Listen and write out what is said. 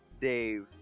Dave